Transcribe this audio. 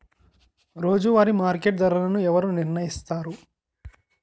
రోజువారి మార్కెట్ ధరలను ఎవరు నిర్ణయిస్తారు?